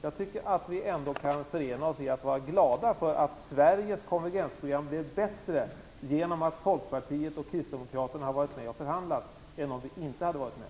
Jag tycker att vi ändå kan förena oss i att vara glada för att Sveriges konvergensprogram blev bättre genom att Folkpartiet och Kristdemokraterna har varit med och förhandlat än om så inte hade skett.